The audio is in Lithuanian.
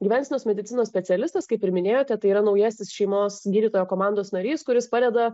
gyvensenos medicinos specialistas kaip ir minėjote tai yra naujasis šeimos gydytojo komandos narys kuris padeda